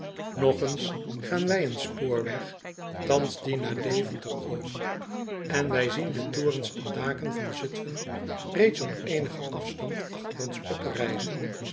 nog eens gaan wij een spoorweg thans dien naar deventer over en wij zien de torens en daken van zutfen reeds op eenigen afstand achter ons